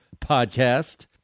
podcast